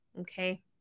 Okay